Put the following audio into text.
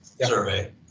survey